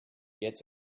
gets